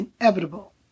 inevitable